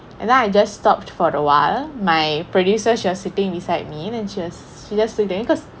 and then I just stopped for awhile my producer was sitting beside me and she was she just stood there because